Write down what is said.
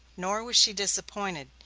nor was she disappointed.